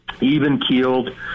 even-keeled